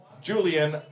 Julian